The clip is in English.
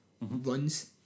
runs